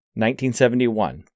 1971